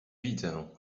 widzę